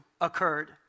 occurred